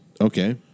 Okay